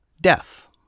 death